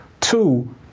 Two